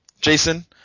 Jason